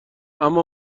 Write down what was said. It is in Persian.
اما